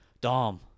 Dom